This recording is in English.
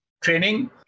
training